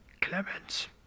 Clements